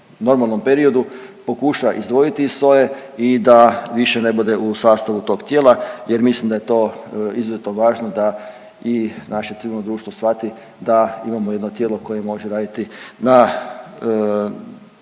normalnom periodu pokuša izdvojiti iz SOA-e i da više ne bude u sastavu tog tijela jer mislim da je to izuzetno važno da i naše civilno društvo shvati da imamo jedno tijelo koje može raditi na